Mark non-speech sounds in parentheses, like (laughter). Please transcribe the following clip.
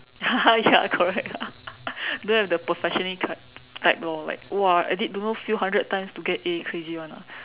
(laughs) ya correct (laughs) don't have the perfectionist kind type lor like !wah! edit don't know few hundred times to get A crazy [one] ah